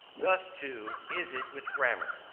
thus, too, is it with grammar.